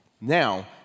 Now